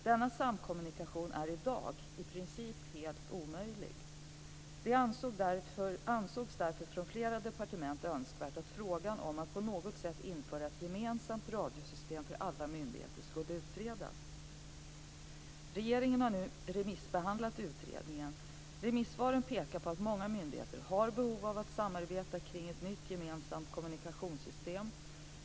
Denna samkommunikation är i dag i princip helt omöjlig. Det ansågs därför från flera departement önskvärt att frågan om att på något sätt införa ett gemensamt radiosystem för alla myndigheter skulle utredas. Regeringen har nu remissbehandlat utredningen. Remissvaren pekar på att många myndigheter har behov av att samarbeta kring ett nytt gemensamt kommunikationssystem.